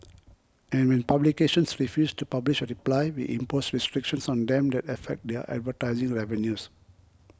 and when publications refuse to publish a reply we impose restrictions on them that affect their advertising revenues